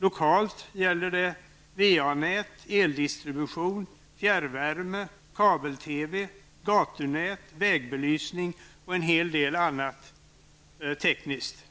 Lokalt gäller det VA-nät, eldistribution, fjärrvärme, kabel-TV, gatunät, vägbelysning och en hel del annat tekniskt.